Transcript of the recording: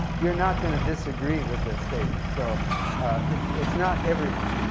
you're not going to disagree with this statement. so it's it's not everyone,